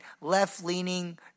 left-leaning